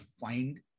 find